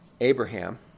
Abraham